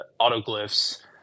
Autoglyphs